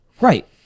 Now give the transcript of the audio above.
Right